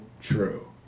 true